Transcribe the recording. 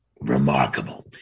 remarkable